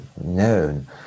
known